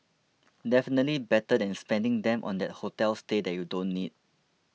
definitely better than spending them on that hotel stay that you don't need